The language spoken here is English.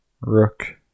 Rook